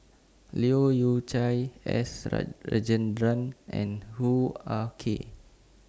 Leu Yew Chye S Rajendran and Hoo Ah Kay